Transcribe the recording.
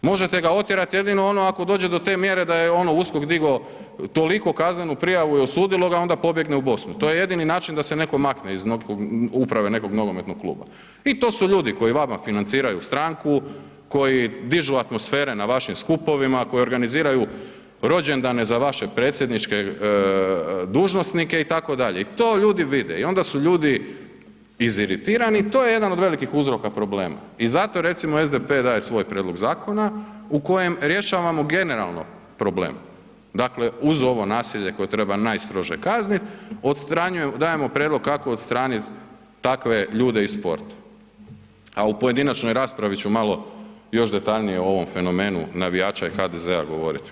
Možete ga otjerat jedino ono ako dođe do te mjere da je ono USKOK digao toliko kaznenu prijavu i osudilo ga a onda pobjegne u Bosnu, to je jedini način da se neko makne iz uprave nekog nogometnog kluba i to su ljudi koji vama financiraju stranku, koji dižu atmosfere na vašim skupovima, koji organiziraju rođendane za vaše predsjedničke dužnosnike itd., i to ljudi vide i onda su ljudi iziritirani i to je jedan od velikih uzroka problema i zato recimo SDP daje svoj prijedlog zakona u kojem rješavamo generalno problem, dakle uz ovo nasilje koje treba najstrože kaznit, dajemo prijedlog kako odstraniti takve ljude iz sporta a u pojedinačnoj raspravi ću malo još detaljnije o ovom fenomenu navijača i HDZ-a govoriti.